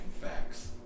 facts